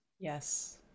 yes